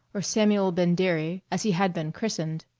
or samuele bendiri, as he had been christened,